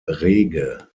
rege